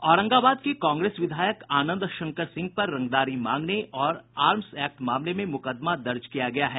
औरंगाबाद के कांग्रेस विधायक आनंद शंकर सिंह पर रंगदारी मांगने और आर्म्स एक्ट मामले में मुकदमा दर्ज किया गया है